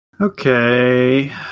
Okay